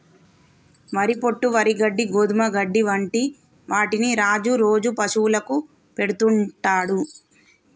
వరి పొట్టు, వరి గడ్డి, గోధుమ గడ్డి వంటి వాటిని రాజు రోజు పశువులకు పెడుతుంటాడు